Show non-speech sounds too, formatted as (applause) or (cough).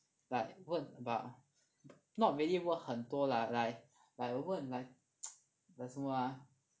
like 问 but not really 问很多啦 like like 问 like (noise) 什么 ah